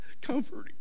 comforting